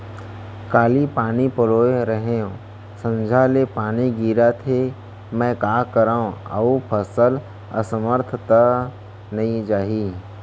काली पानी पलोय रहेंव, संझा ले पानी गिरत हे, मैं का करंव अऊ फसल असमर्थ त नई जाही?